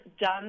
done